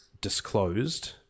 disclosed